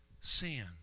sin